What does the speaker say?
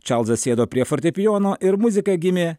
čarlzas sėdo prie fortepijono ir muzika gimė